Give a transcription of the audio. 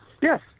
Yes